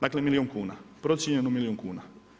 Dakle milijun kuna, procijenjeno na milijun kuna.